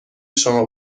شما